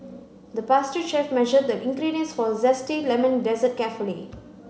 the pastry chef measured the ingredients for a zesty lemon desert carefully